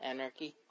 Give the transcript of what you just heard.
Anarchy